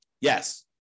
Yes